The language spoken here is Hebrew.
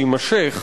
שיימשך,